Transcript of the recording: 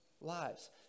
lives